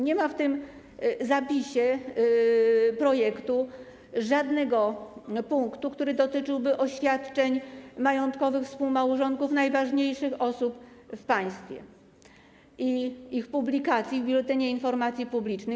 Nie ma w tym zapisie projektu żadnego punktu, który dotyczyłby oświadczeń majątkowych współmałżonków najważniejszych osób w państwie i ich publikacji w Biuletynie Informacji Publicznej.